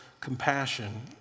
compassion